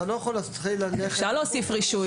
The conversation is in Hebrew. אפשר להוסיף רישוי